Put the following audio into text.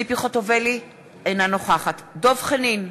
ציפי חוטובלי, אינה נוכחת דב חנין,